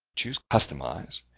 choose customize,